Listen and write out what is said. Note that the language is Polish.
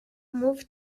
mów